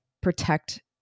protect